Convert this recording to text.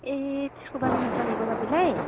ए त्यसको बारेमा चाहिएको तपाईँलाई